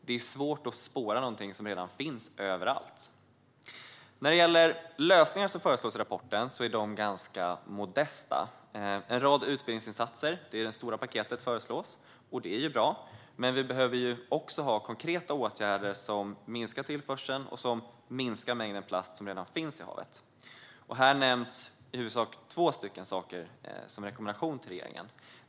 Det är svårt att spåra någonting som redan finns överallt. De lösningar som föreslås i rapporten är ganska modesta. En rad utbildningsinsatser föreslås - det är det stora paketet - och det är bra. Men vi behöver också ha konkreta åtgärder som minskar tillförseln och som minskar mängden plast som redan finns i havet. Här nämns i huvudsak två saker som en rekommendation till regeringen.